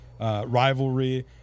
rivalry